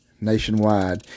nationwide